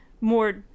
more